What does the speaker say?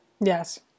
Yes